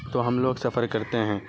تو ہم لوگ سفر کرتے ہیں